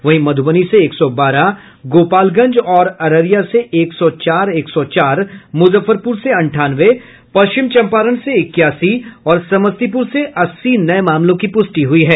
वहीं मधुबनी से एक सौ बारह गोपालगंज और अररिया से एक सौ चार एक सौ चार मुजफ्फरपुर से अंठानवे पश्चिम चंपारण से इक्यासी और समस्तीपुर से अस्सी नये मामलों की पुष्टि हुई है